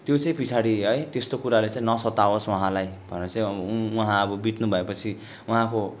त्यो चाहिँ पछाडि है त्यस्तो कुराले चाहिँ नसताओस् उहाँलाई भनेर चाहिँ ऊ उहाँ अब बित्नु भए पछि उहाँको